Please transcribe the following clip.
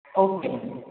okay